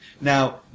Now